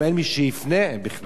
גם אין מי שיפנה בכלל.